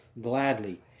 gladly